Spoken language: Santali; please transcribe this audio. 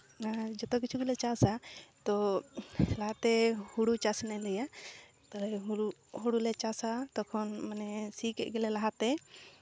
ᱡᱚᱛᱚ ᱠᱤᱪᱷᱩ ᱜᱮᱞᱮ ᱪᱟᱥᱼᱟ ᱛᱳ ᱞᱟᱦᱟᱛᱮ ᱦᱩᱲᱩ ᱪᱟᱥ ᱨᱮᱱᱟᱜ ᱤᱧ ᱞᱟᱹᱭᱟ ᱦᱩᱲᱩᱞᱮ ᱪᱟᱥᱼᱟ ᱛᱚᱠᱷᱚᱱ ᱢᱟᱱᱮ ᱥᱤ ᱠᱮᱫ ᱜᱮᱞᱮ ᱞᱟᱦᱟᱛᱮ